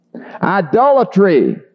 Idolatry